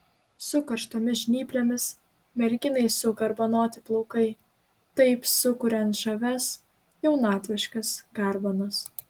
su karštomis žnyplėmis merginai sugarbanoti plaukai taip sukuriant žavias jaunatviškas garbanas